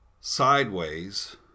sideways